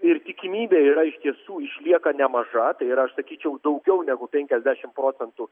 ir tikimybė yra iš tiesų išlieka nemaža tai yra aš sakyčiau daugiau negu penkiasdešimt procentų